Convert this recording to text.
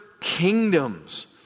kingdoms